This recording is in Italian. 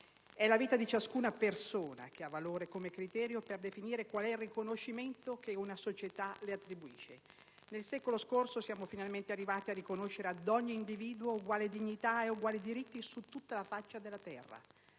È la vita di ciascuna persona che ha valore come criterio per definire qual è il riconoscimento che una società le attribuisce. Nel secolo scorso siamo finalmente arrivati a riconoscere ad ogni individuo uguale dignità e uguali diritti su tutta la faccia della terra